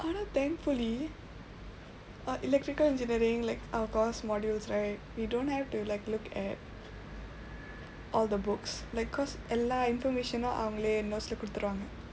although thankfully-aa electrical engineering like our course modules right we don't have to like look at all the books like cause எல்லா:ellaa information அவங்களே:avangka notes-lae கொடுத்திருவாங்க:koduththiruvaangka